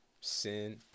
Sin